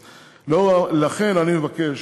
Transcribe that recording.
לכן אני מבקש,